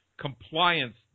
compliance